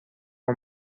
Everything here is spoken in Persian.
اون